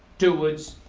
two words.